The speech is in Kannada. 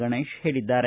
ಗಣೇಶ್ ಹೇಳಿದ್ದಾರೆ